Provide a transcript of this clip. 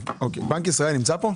בנק ישראל נמצא פה?